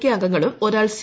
K അംഗങ്ങളും ഒരാൾ C